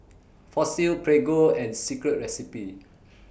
Fossil Prego and Secret Recipe